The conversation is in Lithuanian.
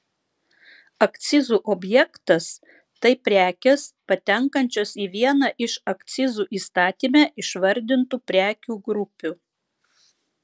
akcizų objektas tai prekės patenkančios į vieną iš akcizų įstatyme išvardintų prekių grupių